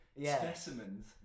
specimens